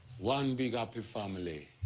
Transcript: one big happy family.